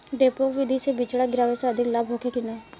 डेपोक विधि से बिचड़ा गिरावे से अधिक लाभ होखे की न?